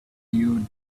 you